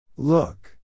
Look